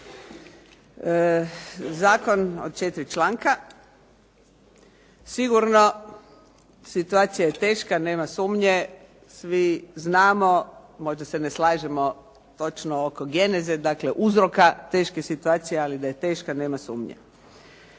Zakon od četiri članka sigurno situacija je teška nema sumnje. Sve znamo, možda se ne slažemo točno oko geneze dakle uzroka teške situacije ali da je teška nema sumnje.